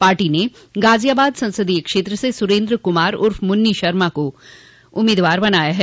party ने गाज़ियाबाद संसदीय क्षेत्र से सुरेन्द्र कुमार उर्फ मुन्नी शर्मा को उम्मीदवार बनाया है